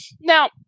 Now